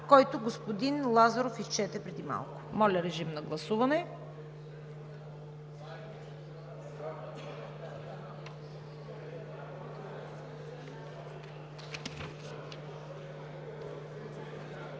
който господин Лазаров изчете преди малко. Моля, гласувайте.